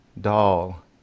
Doll